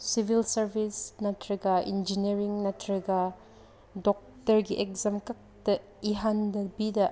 civil service ꯅꯠꯇ꯭ꯔꯒ ꯏꯟꯖꯤꯟꯅ꯭ꯌꯥꯔꯤꯡ ꯅꯠꯇ꯭ꯔꯒ ꯗꯣꯛꯇꯔꯒꯤ ꯑꯦꯛꯖꯥꯝꯈꯛꯇ ꯏꯍꯟꯗꯕꯤꯗ